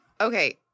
Okay